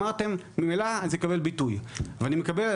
אמרתם: ממילא זה יקבל ביטוי, ואני מקבל.